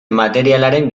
materialaren